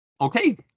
Okay